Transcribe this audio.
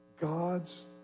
God's